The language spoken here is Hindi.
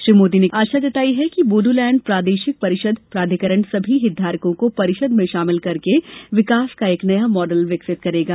प्रधानमंत्री ने आशा व्यक्त की कि बोडोलैंड प्रादेशिक परिषद प्राधिकरण सभी हितधारकों को परिषद में शामिल करके विकास का एक नया मॉडल विकसित करेगा